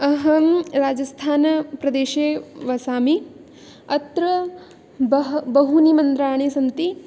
अहं राजस्थानप्रदेशे वसामि अत्र बह् बहूनि मन्दिराणि सन्ति